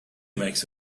makes